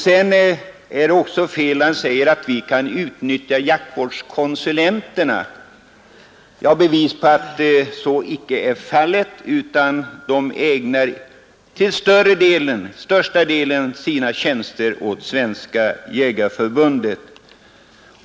Det är också fel när man säger att vi kan utnyttja jaktvårdskonsulenterna. Jag har bevis på att så icke är fallet. De ägnar största delen av sina tjänster åt Svenska jägareförbundet.